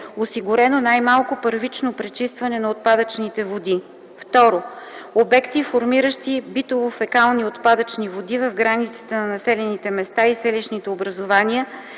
осигурено най-малко първично пречистване на отпадъчните води; 2. обекти, формиращи битово-фекални отпадъчни води в границите на населените места и селищните образувания